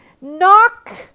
Knock